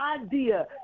idea